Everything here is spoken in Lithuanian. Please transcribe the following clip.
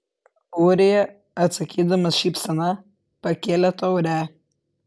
ūrija atsakydamas šypsena pakėlė taurę